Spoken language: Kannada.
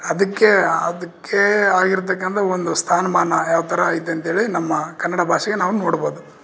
ಅದಕ್ಕೆ ಅದಕ್ಕೇ ಆಗಿರ್ತಕ್ಕಂಥ ಒಂದು ಸ್ಥಾನಮಾನ ಯಾವ ಥರ ಐತೆ ಅಂತೇಳಿ ನಮ್ಮ ಕನ್ನಡ ಭಾಷೆಯ ನಾವು ನೋಡ್ಬೋದು